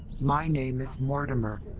my name is mortimer.